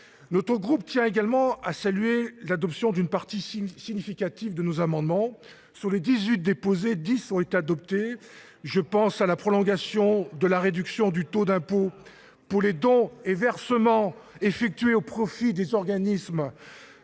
Notre groupe tient également à saluer l'adoption d'une partie significative de nos amendements. Sur les 18 déposés, 10 ont été adoptés. Je pense à la prolongation de la réduction du taux d'impôt pour les dons et versements effectués au profit des organismes